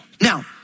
Now